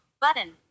Button